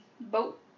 Boat